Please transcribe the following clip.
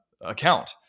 account